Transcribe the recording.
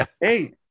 Hey